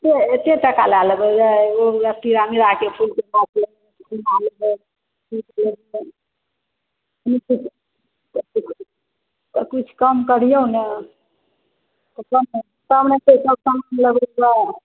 से एते टका लए लेबै ऐ पुरा तिवरा मिराके फुलके गाछ कुछ करिऔ ने